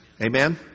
Amen